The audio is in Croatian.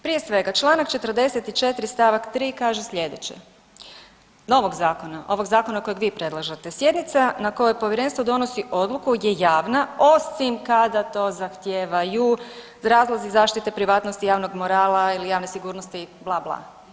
Prije svega članak 44. stavak 3. kaže sljedeće novog zakona, ovog zakona kojeg vi predlažete: „Sjednica na kojoj Povjerenstvo donosi odluku je javna osim kada to zahtijevaju razlozi zaštite privatnosti, javnog morala ili javne sigurnosti …“ bla, bla.